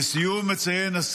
לסיום אציין,